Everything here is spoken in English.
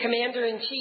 commander-in-chief